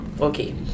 Okay